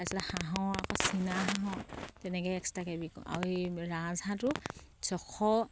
তাৰপিছত হাঁহৰ আকৌ চিনাহাঁহৰ তেনেকে এক্সট্ৰাকে বিকোঁ আৰু এই ৰাজহাঁহটো ছশ